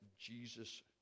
Jesus